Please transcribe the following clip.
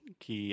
que